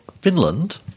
finland